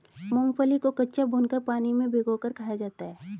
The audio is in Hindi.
मूंगफली को कच्चा, भूनकर, पानी में भिगोकर खाया जाता है